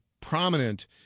prominent